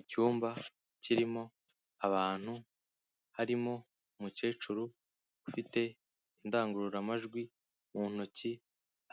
Icyumba kirimo abantu, harimo umukecuru ufite indangururamajwi mu ntoki